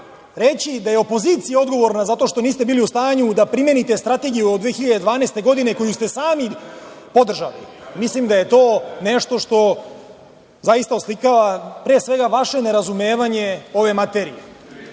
reći da je opozicija odgovorna zato što niste bili u stanju da primenite strategiju od 2012. godine, koju ste sami podržali, mislim da je to nešto što zaista oslikava pre svega vaše nerazumevanje ove